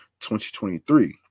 2023